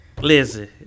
Listen